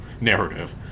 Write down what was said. narrative